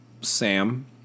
Sam